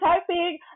typing